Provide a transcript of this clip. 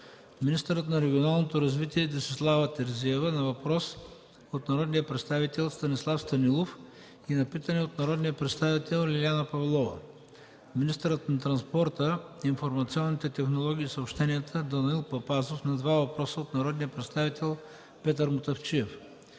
министърът на регионалното развитие Десислава Терзиева – на въпрос от народния представител Станислав Станилов и на питане от народния представител Лиляна Павлова; - министърът на транспорта, информационните технологии и съобщенията Данаил Папазов – на два въпроса от народния представител Петър Мутафчиев;